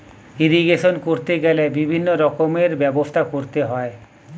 irrigation করতে গেলে বিভিন্ন রকমের ব্যবস্থা করতে হয়